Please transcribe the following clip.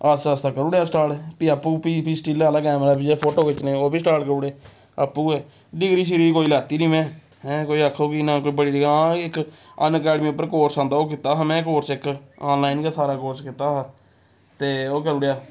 आस्ता आस्ता करी ओड़ेआ स्टार्ट फ्ही आपूं फ्ही स्टिल्ल आह्ला कैमरा फोटो खिच्चने ओह् बी स्टार्ट करी ओड़ेआ आपूं गै डिग्री शिग्री कोई लैती निं में कोई आक्खो कि नां कोई बड़ी इक अन अकैडमी उप्पर कोर्स आंदा ओह् कीता हा में कोर्स इक आनलाइन गै सारा कोर्स कीता हा ते ओह् करी ओड़ेआ